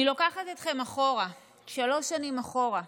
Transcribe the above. אני לוקחת אתכם אחורה, שלוש שנים אחורה,